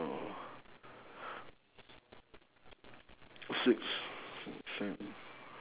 they said she said uh twelve different things right